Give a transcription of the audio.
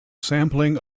sampling